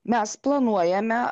mes planuojame